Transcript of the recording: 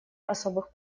особых